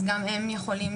אז גם הם יכולים,